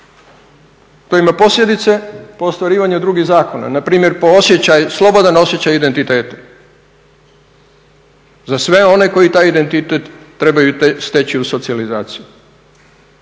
To ima posljedice po ostvarivanju drugih zakona. Na primjer po osjećaj, slobodan osjećaj identitetu za sve one koji taj identitet trebaju steći u socijalizaciji.